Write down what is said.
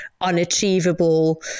unachievable